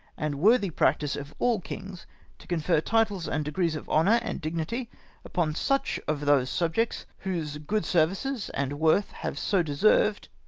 and worthy practice of all kings to con fer titles and degrees of honour and dignity upon such of those subjects whose good services and worth have so deserved,